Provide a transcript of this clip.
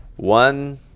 One